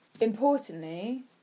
Importantly